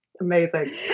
Amazing